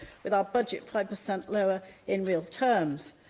with our budget five per cent lower in real terms.